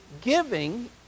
giving